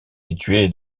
situé